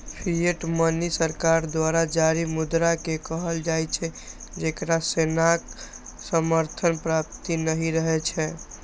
fiat money सरकार द्वारा जारी मुद्रा कें कहल जाइ छै, जेकरा सोनाक समर्थन प्राप्त नहि रहै छै